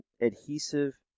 adhesive